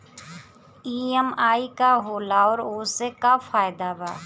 EMI का होला और ओसे का फायदा बा?